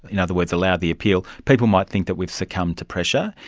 in other words allow the appeal, people might think that we've succumbed to pressure.